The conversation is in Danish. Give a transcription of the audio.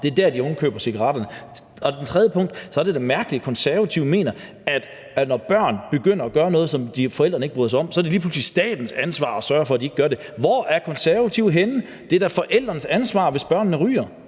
Det er der, de unge køber cigaretterne. 3: Det er da mærkeligt, at Konservative mener, at når børn begynder at gøre noget, som forældrene ikke bryder sig om, så er det lige pludselig statens ansvar at sørge for, at de ikke gør det. Hvor er Konservative henne? Det er da forældrenes ansvar, hvis børnene ryger.